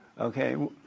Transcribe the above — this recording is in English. Okay